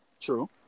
True